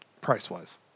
price-wise